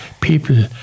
people